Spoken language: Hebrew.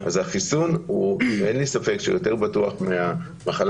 החיסון אין לי ספק שהוא יותר בטוח מהמחלה,